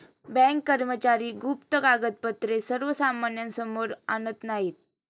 bank कर्मचारी गुप्त कागदपत्रे सर्वसामान्यांसमोर आणत नाहीत